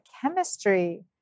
chemistry